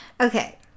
okay